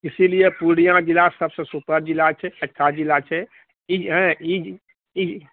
इसीलिए पूर्णिया जिला सबसँ सुपर जिला छै अच्छा जिला छै ई हँ ई